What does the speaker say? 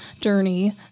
journey